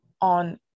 on